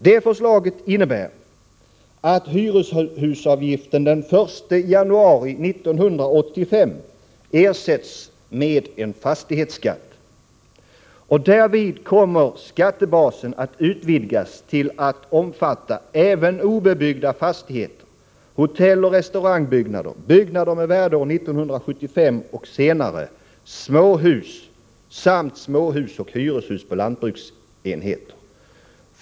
Det förslaget innebär att hyreshusavgiften den 1 januari 1985 ersätts med en fastighetsskatt. Därvid utvidgas skattebasen till att omfatta även obebyggda fastigheter, hotelloch restaurangbyggnader, byggnader med värdeår 1975 och senare, småhus samt på lantbruksenheter uppförda småhus och hyreshus.